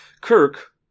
Kirk